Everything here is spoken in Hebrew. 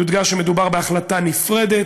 יודגש כי מדובר בהחלטה נפרדת,